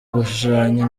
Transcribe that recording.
gushushanya